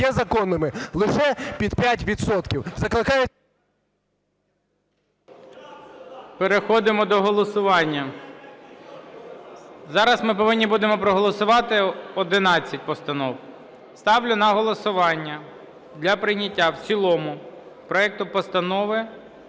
Переходимо до голосування. Зараз ми повинні будемо проголосувати 11 постанов. Ставлю на голосування для прийняття в цілому проекту Постанови